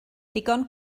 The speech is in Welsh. digon